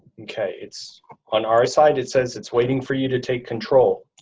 okay. it's on our side, it says it's waiting for you to take control.